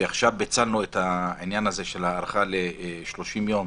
שעכשיו ביצענו את ההארכה ל-30 יום,